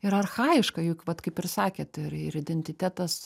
ir archajiška juk vat kaip ir sakėt ir ir identitetas